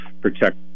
protect